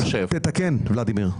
תתקן, ולדימיר.